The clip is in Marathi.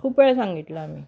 खूप वेळा सांगितलं आम्ही